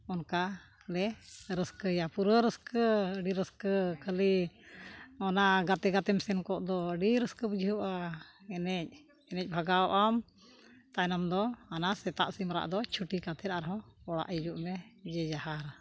ᱚᱱᱠᱟ ᱞᱮ ᱨᱟᱹᱥᱠᱟᱹᱭᱟ ᱯᱩᱨᱟᱹ ᱨᱟᱹᱥᱠᱟᱹ ᱟᱹᱰᱤ ᱨᱟᱹᱥᱠᱟᱹ ᱠᱷᱟᱹᱞᱤ ᱚᱱᱟ ᱜᱟᱛᱮᱼᱜᱟᱛᱮᱢ ᱥᱮᱱ ᱠᱚᱜ ᱫᱚ ᱟᱹᱰᱤ ᱨᱟᱹᱥᱠᱟᱹ ᱵᱩᱡᱷᱟᱹᱜᱼᱟ ᱮᱱᱮᱡ ᱮᱱᱮᱡ ᱵᱷᱟᱜᱟᱣᱚᱜ ᱟᱢ ᱛᱟᱭᱱᱚᱢ ᱫᱚ ᱚᱱᱟ ᱥᱮᱛᱟᱜ ᱥᱤᱢᱨᱟᱜ ᱫᱚ ᱪᱷᱩᱴᱤ ᱠᱟᱛᱮᱫ ᱟᱨᱦᱚᱸ ᱚᱲᱟᱜ ᱦᱤᱡᱩᱜ ᱢᱮ ᱡᱮ ᱡᱟᱦᱟᱨ